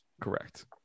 correct